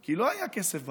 כי לא היה כסף בבית,